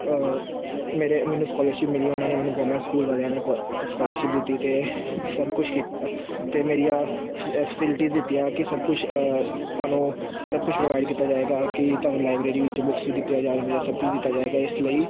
ਮੇਰੇ ਮੈਨੂੰ ਸਕੋਲਰਸ਼ਿਪ ਮਿਲੀ ਉਹਨਾਂ ਨੇ ਮੈਨੂੰ ਗੋਵਮੈਂਟ ਸਕੂਲ ਵਾਲਿਆਂ ਨੇ ਸਕੋਲਰਸ਼ਿਪ ਦਿੱਤੀ ਅਤੇ ਸਭ ਕੁਛ ਕੀਤਾ ਅਤੇ ਮੇਰੀਆਂ ਫ ਫੈਸਿਲਿਟੀਜ਼ ਦਿੱਤੀਆਂ ਕਿ ਸਭ ਕੁਛ ਤੁਹਾਨੂੰ ਸਭ ਕੁਛ ਪ੍ਰੋਵਾਈਡ ਕੀਤਾ ਜਾਵੇਗਾ ਕਿ ਤੁਹਾਨੂੰ ਲਾਈਬ੍ਰੇਰੀ ਵਿੱਚ ਬੁੱਕਸ ਵੀ ਦਿੱਤੀਆਂ ਜਾਣਗੀਆਂ ਸਭ ਕੁੱਝ ਦਿੱਤਾ ਜਾਵੇਗਾ ਇਸ ਲਈ